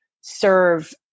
serve